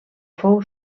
fou